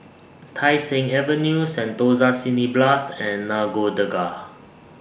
Tai Seng Avenue Sentosa Cineblast and Nagore Dargah